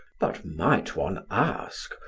but might one ask,